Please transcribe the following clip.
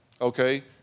Okay